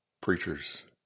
preachers